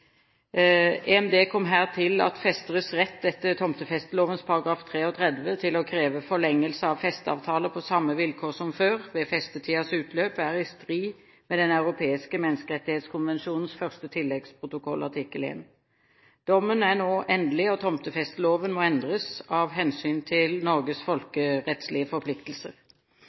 EMD kom her til at festeres rett etter tomtefesteloven § 33 til å kreve forlengelse av festeavtaler på samme vilkår som før ved festetidens utløp er i strid med Den europeiske menneskerettskonvensjons første tilleggsprotokoll artikkel 1. Dommen er nå endelig, og tomtefesteloven må endres av hensyn til Norges folkerettslige forpliktelser.